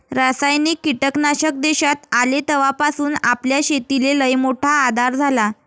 रासायनिक कीटकनाशक देशात आले तवापासून आपल्या शेतीले लईमोठा आधार झाला